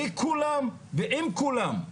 לכולם, ועם כולם.